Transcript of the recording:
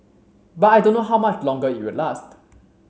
but I don't know how much longer it will last